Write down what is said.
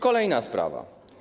Kolejna sprawa.